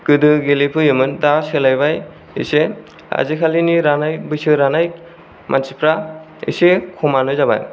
गोदो गेले फैयोमोन दा सोलायबाय एसे आजिखालिनि रानाय बैसो रानाय मानसिफ्रा एसे खमानो जाबाय